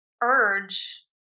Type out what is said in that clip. urge